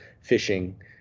fishing